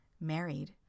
married